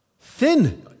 Thin